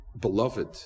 beloved